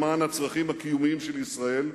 למען הצרכים הקיומיים של ישראל,